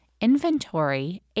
inventory